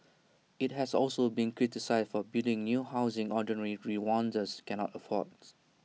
IT has also been criticised for building new housing ordinary Rwandans cannot afford